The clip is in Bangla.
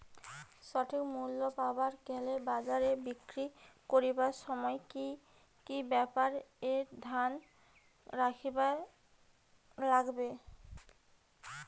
সঠিক মূল্য পাবার গেলে বাজারে বিক্রি করিবার সময় কি কি ব্যাপার এ ধ্যান রাখিবার লাগবে?